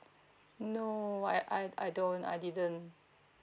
no I I I don't I didn't